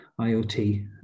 IOT